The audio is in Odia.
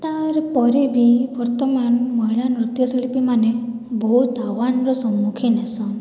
ତାର୍ପରେବି ବର୍ତ୍ତମାନ୍ ମହିଳା ନୃତ୍ୟଶିଳ୍ପିମାନେ ବହୁତ୍ ଆହ୍ୱାନ୍ର ସମ୍ମୁଖୀନ୍ ହେସନ୍